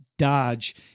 dodge